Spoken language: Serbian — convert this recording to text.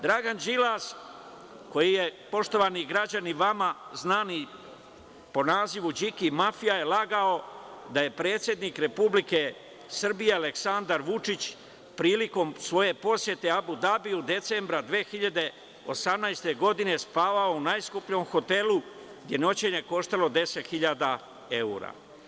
Dragan Đilas, poštovani građani, vama znani po nazivu Điki mafija, je lagao da je predsednik Republike Srbije Aleksandar Vučić prilikom svoje posete Abu Dabiju decembra 2018. godine spavao u najskupljem hotelu, gde je noćenje koštalo 10 hiljada evra.